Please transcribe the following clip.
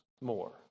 more